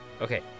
okay